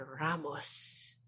Ramos